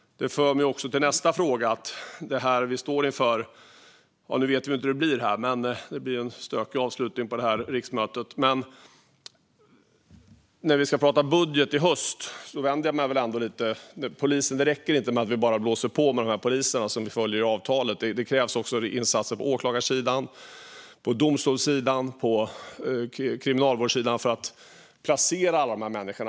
Det för mig in på nästa fråga. Vi vet ju inte hur det blir - det blir nämligen en stökig avslutning på det här riksmötet - men när vi ska prata budget i höst räcker det inte med att bara blåsa på med de poliser som följer av avtalet, utan det krävs också insatser på åklagarsidan, domstolssidan och kriminalvårdssidan för att placera alla dessa människor.